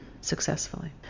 successfully